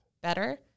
better